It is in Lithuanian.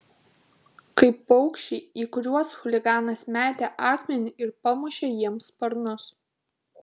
kaip paukščiai į kuriuos chuliganas metė akmenį ir pamušė jiems sparnus